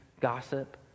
Gossip